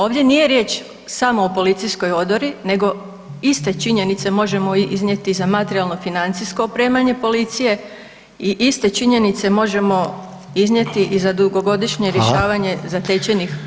Ovdje nije riječ samo o policijskoj odori nego iste činjenice možemo iznijeti i za materijalno financijsko opremanje policije i iste činjenice možemo iznijeti i za dugogodišnje rješavanje zatečenih problema.